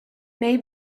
may